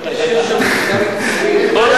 כבוד